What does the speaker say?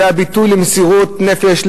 זה הביטוי למסירות נפש,